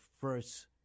first